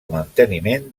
manteniment